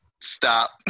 stop